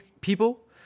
people